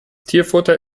tierfutter